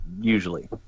usually